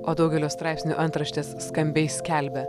o daugelio straipsnių antraštės skambiai skelbia